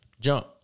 jump